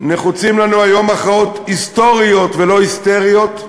נחוצות לנו היום הכרעות היסטוריות ולא היסטריות,